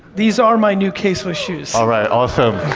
these are my new k-swiss shoes. alright, awesome,